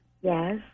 yes